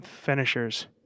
finishers